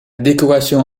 décoration